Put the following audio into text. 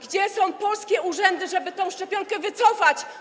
Gdzie są polskie urzędy, żeby tę szczepionkę wycofać?